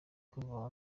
kuvoma